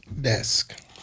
desk